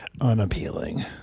unappealing